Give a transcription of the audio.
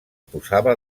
posava